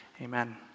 Amen